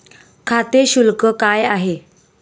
खाते शुल्क काय आहे?